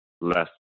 less